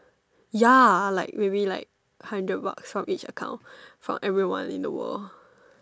ya like maybe like hundred bucks from each account from everyone in the world